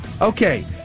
Okay